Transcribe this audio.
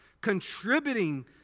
contributing